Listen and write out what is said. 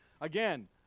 Again